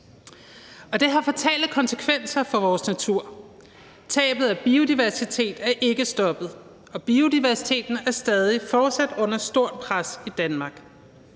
Og det har fatale konsekvenser for vores natur. Tabet af biodiversitet er ikke stoppet, og biodiversiteten er fortsat under stort pres i Danmark.